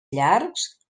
llargs